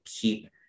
keep